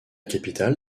capitale